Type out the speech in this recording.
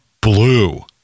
blue